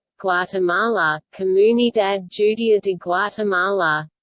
guatemala comunidad judia de guatemala